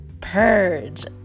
purge